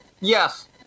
Yes